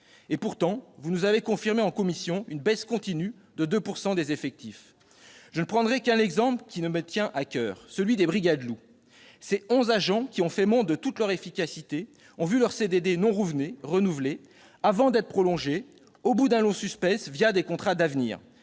Néanmoins, vous nous avez confirmé en commission une baisse continue de 2 % des effectifs. Je ne prendrai qu'un exemple qui me tient à coeur : celui de la « brigade loup ». Ses 11 agents, qui ont fait montre de toute leur efficacité, ont vu leurs CDD non renouvelés avant d'être prolongés, au bout d'un long suspense, des contrats d'avenir